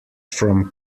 from